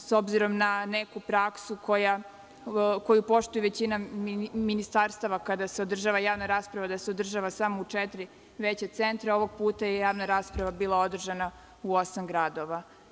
S obzirom na neku praksu koju poštuje većina ministarstava kada se održava javna rasprava, da se održava samo u četiri veća centra, ovog puta je javna rasprava bila održana u osam gradova.